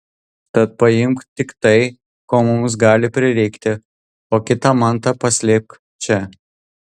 tad paimk tik tai ko mums gali prireikti o kitą mantą paslėpk čia